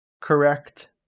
correct